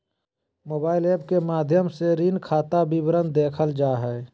mobile app के माध्यम से ऋण खाता विवरण देखल जा हय